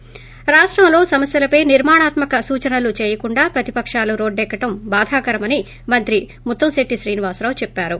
థి రాష్టంలో సమస్యలపై నిర్మాణాత్మక సూచనలు చేయకుండా ప్రతిపకాలు రోడ్లోక్కడడం బాధాకరమని మంత్రి ముత్తంశెట్లి శ్రీనివాసరావు చెప్పారు